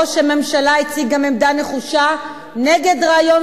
ראש הממשלה הציג גם עמדה נחושה נגד רעיון